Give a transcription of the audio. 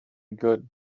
good